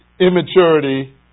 immaturity